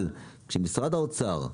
אבל משרד האוצר,